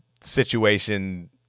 situation